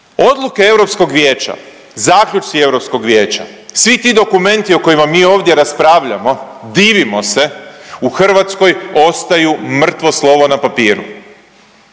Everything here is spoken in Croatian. Odluke EV-a, zaključci EV-a, svi ti dokumenti o kojima mi ovdje raspravljamo, divimo se, u Hrvatskoj ostaju mrtvo slovo na papiru.